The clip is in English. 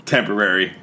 Temporary